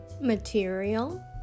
Material